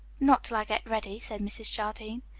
not till i get ready, said mrs. jardine.